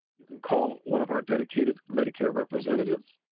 you can call one of our dedicated medicare representatives,